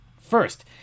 First